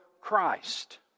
Christ